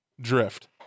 drift